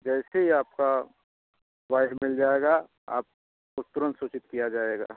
जैसे ही आपका मोबाइल मिल जाएगा आपको तुरंत सूचित किया जाएगा